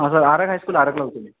हा sir Arag high school आरगला होतो मी